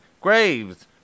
Graves